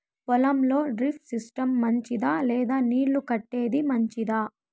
పొలం లో drip system మంచిదా లేదా నీళ్లు కట్టేది మంచిదా?